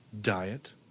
diet